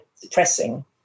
depressing